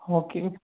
okay